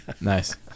Nice